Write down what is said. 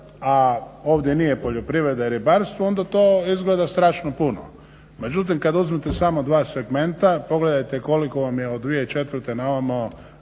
a ovdje nije poljoprivreda i ribarstvo onda to izgleda strašno puno. Međutim, kad uzmete samo dva segmenta pogledajte koliko vam je od 2004. na ovamo